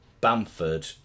Bamford